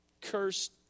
cursed